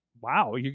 Wow